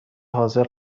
حاضر